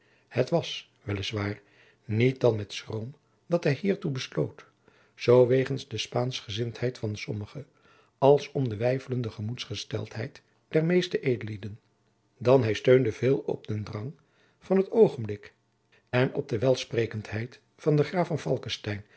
het was wel is waar niet dan met schroom dat hij hiertoe besloot zoo wegens de spaanschgezindheid van sommige als om de weifelende gemoedsgesteldheid der meeste edellieden dan hij steunde veel op den drang van het oogenblik en op de welsprekendheid van den graaf